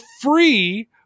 free